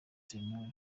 sentore